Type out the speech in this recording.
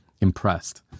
impressed